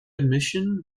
admission